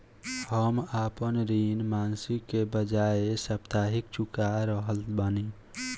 हम आपन ऋण मासिक के बजाय साप्ताहिक चुका रहल बानी